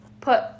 put